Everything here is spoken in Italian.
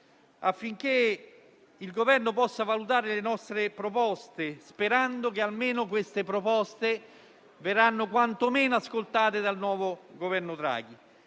affinché il Governo possa valutare le nostre proposte, sperando che almeno vengano ascoltate dal nuovo Governo Draghi.